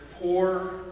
poor